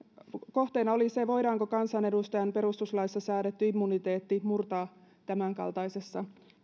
oli se voidaanko kansanedustajan perustuslaissa säädetty immuniteetti murtaa tämänkaltaisessa